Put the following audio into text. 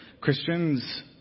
christians